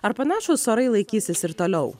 ar panašūs orai laikysis ir toliau